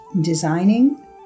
designing